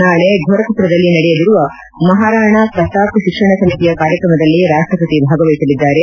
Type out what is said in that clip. ನಾಳೆ ಗೋರಖಮರದಲ್ಲಿ ನಡೆಯಲಿರುವ ಮಹಾರಾಣಾ ಪ್ರತಾಪ್ ಶಿಕ್ಷಣ ಸಮಿತಿಯ ಕಾರ್ಯಕ್ರಮದಲ್ಲಿ ರಾಪ್ಪಪತಿ ಭಾಗವಹಿಸಲಿದ್ದಾರೆ